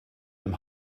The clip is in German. dem